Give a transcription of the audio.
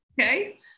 okay